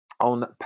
on